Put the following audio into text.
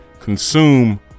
Consume